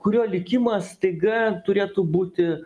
kurio likimas staiga turėtų būti